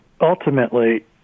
ultimately